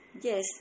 Yes